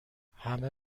همه